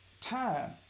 time